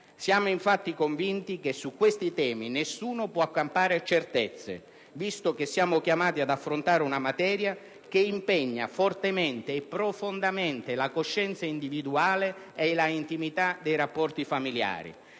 Siamo, infatti, convinti che su questi temi nessuno può accampare certezze, visto che siamo chiamati ad affrontare una materia che impegna fortemente e profondamente la coscienza individuale e l'intimità dei rapporti familiari.